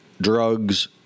Drugs